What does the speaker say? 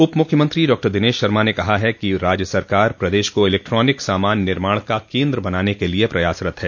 उप मुख्यमंत्री डॉक्टर दिनेश शर्मा ने कहा है कि राज्य सरकार प्रदेश को इलेक्ट्रॉनिक सामान निर्माण का केन्द्र बनाने के लिए प्रयासरत है